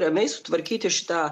ramiai sutvarkyti šitą